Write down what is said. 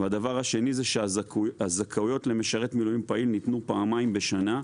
והדבר השני זה שהזכאויות למשרת מילואים פעיל ניתנו פעמיים בשנה,